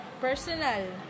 personal